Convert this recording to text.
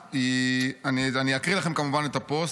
אני אקריא לכם כמובן את הפוסט.